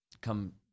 come